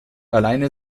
alleine